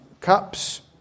cups